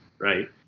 right